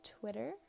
Twitter